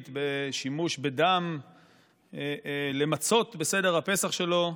בשימוש בדם למצות בסדר הפסח שלו,